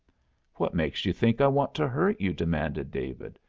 what makes you think i want to hurt you? demanded david.